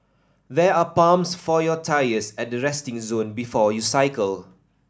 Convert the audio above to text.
there are pumps for your tyres at the resting zone before you cycle